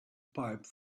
pipe